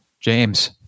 james